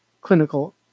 clinical